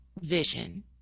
vision